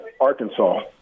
Arkansas